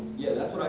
yeah that's